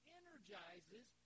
energizes